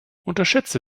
unterschätze